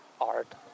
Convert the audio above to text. art